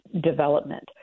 development